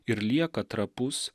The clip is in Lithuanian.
ir lieka trapus